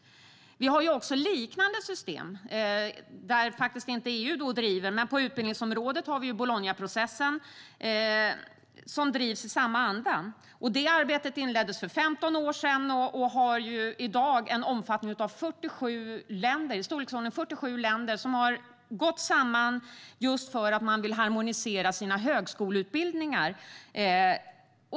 Vi har liknande system som drivs i samma anda men där det inte är EU som driver på. På utbildningsområdet har vi Bolognaprocessen. Det arbetet inleddes för 15 år sedan och omfattar i dag i storleksordningen 47 länder som har gått samman för att harmonisera sina högskoleutbildningar.